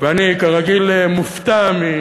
ואני, כרגיל, מופתע מדברי